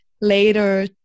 later